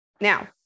Now